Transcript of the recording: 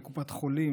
לקופת חולים,